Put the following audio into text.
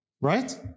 Right